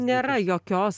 nėra jokios